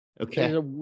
Okay